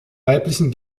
weiblichen